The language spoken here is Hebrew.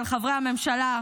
על חברי הממשלה,